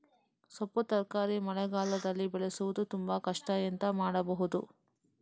ಸೊಪ್ಪು ತರಕಾರಿ ಮಳೆಗಾಲದಲ್ಲಿ ಬೆಳೆಸುವುದು ತುಂಬಾ ಕಷ್ಟ ಎಂತ ಮಾಡಬಹುದು?